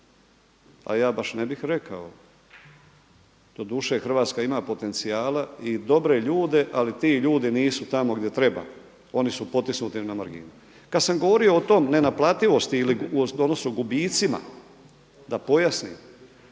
a ja baš ne bih rekao, doduše Hrvatska ima potencijala i dobre ljude ali ti ljudi nisu tamo gdje treba, oni su potisnuti na marginu. Kad sam govorio o tome, nenaplativosti odnosno gubicima da pojasnim